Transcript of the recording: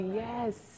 yes